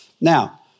Now